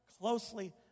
closely